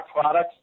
products